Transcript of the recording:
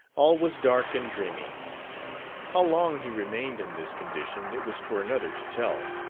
all was dark and dreamy how long he remained in this condition it was for another to tell.